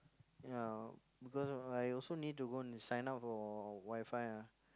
ya because I also need to go and sign up for WiFi ah